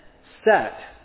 set